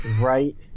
Right